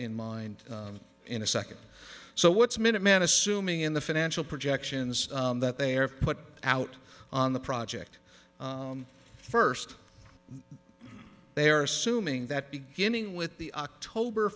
in mind in a second so what's minute man assuming in the financial projections that they are put out on the project first they are assuming that beginning with the october